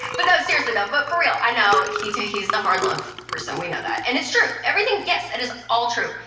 but no, seriously though, but for real, i know he's he's the hard love person. we know that. and it's true, everything, yes, it is all true.